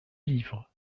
livres